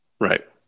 Right